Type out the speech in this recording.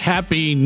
Happy